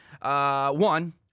one